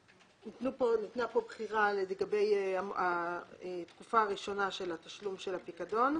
ניתנה פה בחירה לגבי התקופה הראשונה של התשלום של הפיקדון.